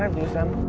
lose them